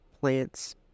plants